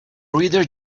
reader